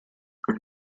are